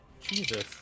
jesus